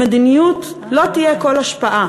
למדיניות לא תהיה כל השפעה.